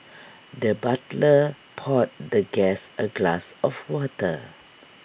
the butler poured the guest A glass of water